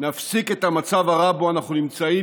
נפסיק את המצב הרע שבו אנחנו נמצאים